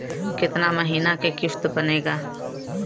कितना महीना के किस्त बनेगा?